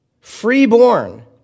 free-born